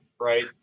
right